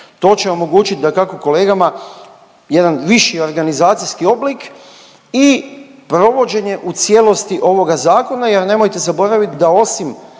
To će omogućit dakako kolegama jedan viši organizacijski oblik i provođenje u cijelosti ovoga zakona jer nemojte zaboravit da osim